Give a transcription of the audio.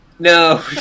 No